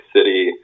City